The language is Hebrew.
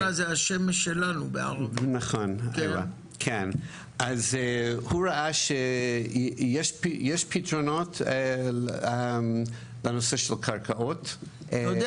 הוא ראה שיש פתרונות לנושא של קרקעות --- אתה יודע